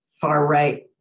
far-right